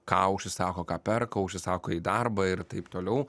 ką užsisako ką perka užsisako į darbą ir taip toliau